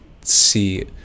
see